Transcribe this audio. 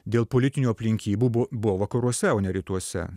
dėl politinių aplinkybių buvo buvo vakaruose o ne rytuose